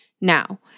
Now